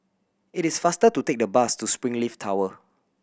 it is faster to take the bus to Springleaf Tower